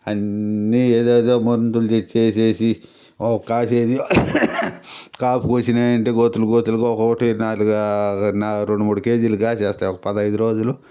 అన్నీ ఏదేదో మందులు తెచ్చి ఏసేసి ఓ కాసేది కాపొచ్చినాయంటే గొత్తులు గొత్తులుగా ఒకొకటి నాలుగా రెండు మూడు కేజీలు కాసేస్తాయి ఒక పదైదు రోజులు